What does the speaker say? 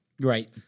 Right